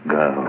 go